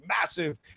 massive